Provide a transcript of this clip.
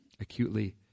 acutely